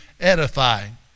Edifying